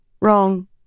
Wrong